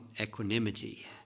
equanimity